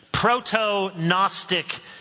Proto-Gnostic